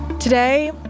Today